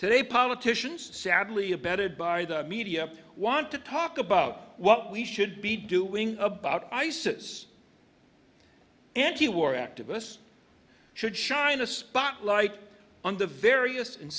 today politicians sadly abetted by the media want to talk about what we should be doing about isis antiwar activists should shine a spotlight on the various and